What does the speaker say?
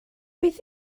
beth